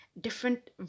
different